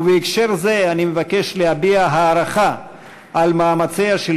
ובהקשר זה אני מבקש להביע הערכה על מאמציה של